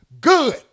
good